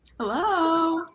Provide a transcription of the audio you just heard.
Hello